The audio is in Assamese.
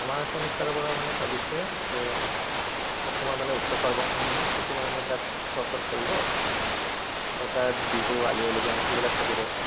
আমাৰ ছেমিষ্টাৰৰ পৰা মানে ভাবিছে যে অসমৰ মানে উৎসৱ পাৰ্বণখনি সেইখিনি মানে তাত চ'কেছ কৰিব আৰু তাত বিহু আলি আই লিগাং সেইবিলাক থাকিব